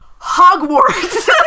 Hogwarts